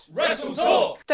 WrestleTalk